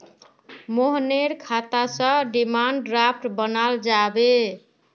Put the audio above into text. मोहनेर खाता स डिमांड ड्राफ्ट बनाल जाबे